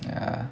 ya